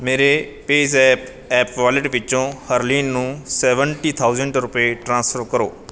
ਮੇਰੇ PayZapp app wallet ਵਿੱਚੋ ਹਰਲੀਨ ਨੂੰ ਸੈਵਨਟੀ ਥਾਉਸੰਟ ਰੁਪਏ ਟ੍ਰਾਂਸਫਰ ਕਰੋ